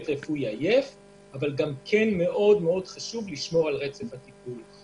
רפואי עייף אבל חשוב לשמור על רצף הטיפול.